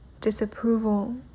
disapproval